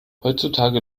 heutzutage